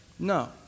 No